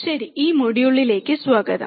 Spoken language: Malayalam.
ശരി ഈ മൊഡ്യൂളിലേക്ക് സ്വാഗതം